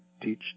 teach